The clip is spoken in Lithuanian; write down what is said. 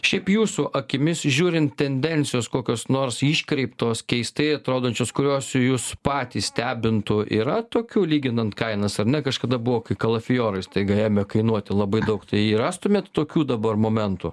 šiaip jūsų akimis žiūrint tendencijos kokios nors iškreiptos keistai atrodančios kurios jus patį stebintų yra tokių lyginant kainas ar ne kažkada buvo kai kalafiorai staiga ėmė kainuoti labai daug tai rastumėt tokių dabar momentų